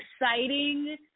exciting